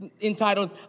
entitled